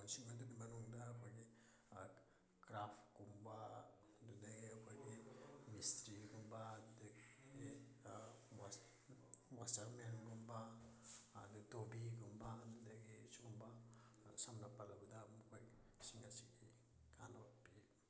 ꯂꯣꯟꯁꯤꯡ ꯑꯁꯤꯒꯤ ꯃꯅꯨꯡꯗ ꯑꯩꯈꯣꯏꯒꯤ ꯀ꯭ꯔꯥꯞꯀꯨꯝꯕ ꯑꯗꯨꯗꯒꯤ ꯑꯩꯈꯣꯏꯒꯤ ꯃꯤꯁꯇ꯭ꯔꯤꯒꯨꯝꯕ ꯑꯗꯨꯗꯒꯤ ꯋꯥꯆꯔꯃꯦꯟꯒꯨꯝꯕ ꯑꯗꯩ ꯗꯣꯕꯤꯒꯨꯝꯕ ꯑꯗꯨꯗꯒꯤ ꯁꯨꯒꯨꯝꯕ ꯁꯝꯅ ꯄꯜꯂꯕꯗ ꯃꯈꯣꯏꯁꯤꯡ ꯑꯁꯤꯒꯤ ꯀꯥꯅꯕ ꯄꯤ